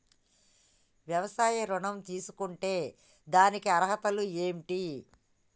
వ్యవసాయ ఋణం తీసుకుంటే దానికి అర్హతలు ఏంటి?